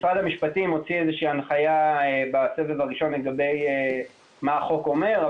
משרד המשפטים הוציא איזושהי הנחיה בסגר הראשון לגבי מה החוק אומר.